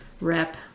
Rep